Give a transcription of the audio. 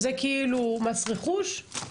זה כאילו מס רכוש?